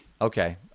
okay